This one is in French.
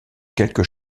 quelques